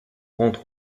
rentre